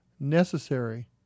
Necessary